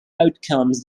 outcomes